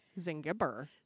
Zingiber